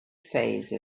phase